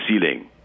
ceiling